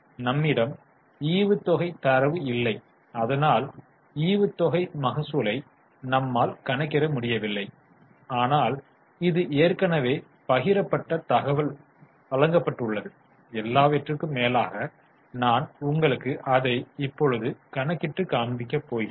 நம்மிடம் ஈவுத்தொகை தரவு இல்லை அதனால் ஈவுத்தொகை மகசூலை நம்மால் கணக்கிட முடியவில்லை ஆனால் இது ஏற்கனவே பகிரப்பட்ட தகவல் வழங்கப்பட்டுள்ளது எல்லாவற்றிற்கும் மேலாக நான் உங்களுக்குக் அதை இப்பொழுது கணக்கிட்டு காண்பிக்கிறேன்